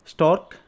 Stork